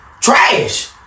Trash